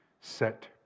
set